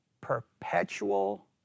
perpetual